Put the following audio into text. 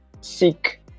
seek